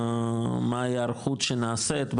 מה ההיערכות שנעשית,